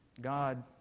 God